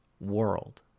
world